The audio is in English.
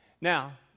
Now